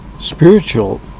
spiritual